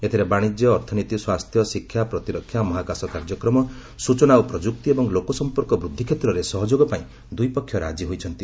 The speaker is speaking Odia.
ଏଥିରେ ବାଣିଜ୍ୟ ଅର୍ଥନୀତି ସ୍ୱାସ୍ଥ୍ୟ ଶିକ୍ଷା ପ୍ରତିରକ୍ଷା ମହାକାଶ କାର୍ଯ୍ୟକ୍ରମ ସୂଚନା ଓ ପ୍ରଯୁକ୍ତି ଏବଂ ଲୋକସମ୍ପର୍କ ବୃଦ୍ଧି କ୍ଷେତ୍ରରେ ସହଯୋଗପାଇଁ ଦୂଇ ପକ୍ଷ ରାଜି ହୋଇଛନ୍ତି